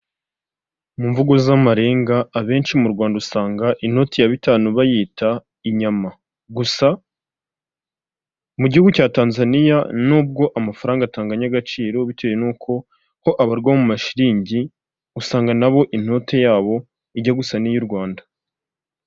Mu mvugo z'amarenga abenshi mu Rwanda usanga inoti ya bitanu bayita inyama, gusa mu gihugu cya Tanzaniya nubwo amafaranga atanganya agaciro bitewe nuko ho abarwa mu mashiriningi, usanga na bo inote yabo ijya gusan n'iy'u Rwanda.